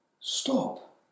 stop